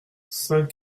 saint